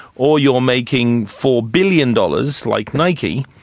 or you are making four billion dollars like nike,